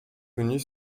venus